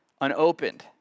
unopened